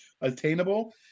attainable